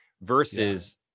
versus